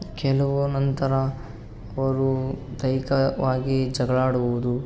ಕೆಲವು ನಂತರ ಅವರು ದೈಹಿಕವಾಗಿ ಜಗಳ ಆಡುವುದು